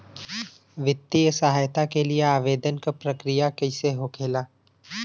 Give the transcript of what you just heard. वित्तीय सहायता के लिए आवेदन क प्रक्रिया कैसे होखेला?